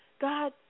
God